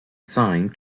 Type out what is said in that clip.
signed